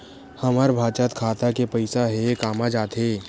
हमर बचत खाता के पईसा हे कामा जाथे?